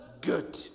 good